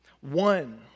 One